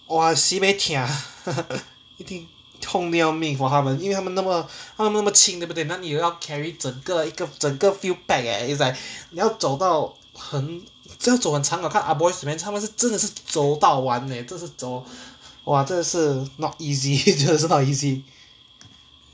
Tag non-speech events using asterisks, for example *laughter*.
oh I si mei kia *laughs* 一定痛得要命 for 他们因为他们那么他们那么轻对不对哪里有要 carry 整个一个整个 field pack eh it's like 你要走到很真的走很长的我看 ah boys to men 他们是真的是走到完 leh 这是走 !wah! 真的是 not easy *laughs* 真的是 not easy